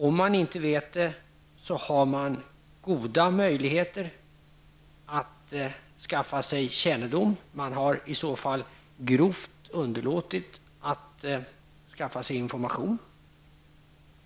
Om man inte vet det har man goda möjligheter att skaffa sig kännedom. Man har i så fall grovt underlåtit att skaffa sig information.